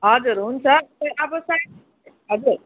हजुर हुन्छ अब साइज हजुर